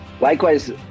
Likewise